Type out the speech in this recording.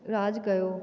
राॼु कयो